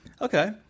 Okay